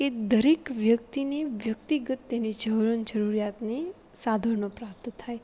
કે દરેક વ્યક્તિને વ્યક્તિગત તેની જીવન જરૂરિયાતની સાધનો પ્રાપ્ત થાય